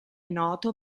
noto